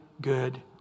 good